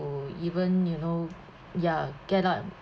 even you know ya get out